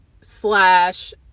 slash